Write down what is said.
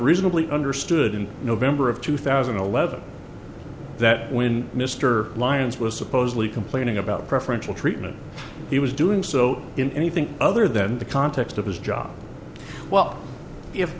reasonably understood in november of two thousand and eleven that when mr lyons was supposedly complaining about preferential treatment he was doing so in anything other than the context of his job well if